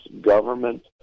government